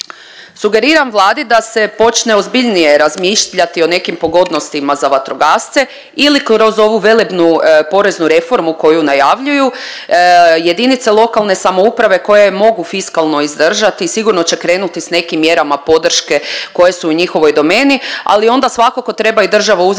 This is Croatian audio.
Sugeriram Vladi da se počne ozbiljnije razmišljati o nekim pogodnostima za vatrogasce ili kroz ovu velebnu poreznu reformu koju najavljuju. JLS koje mogu fiskalno izdržati sigurno će krenuti s nekim mjerama podrške koje su u njihovoj domeni, ali onda svakako treba i država uzeti